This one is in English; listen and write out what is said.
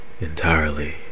entirely